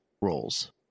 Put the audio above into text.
roles